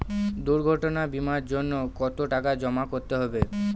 দুর্ঘটনা বিমার জন্য কত টাকা জমা করতে হবে?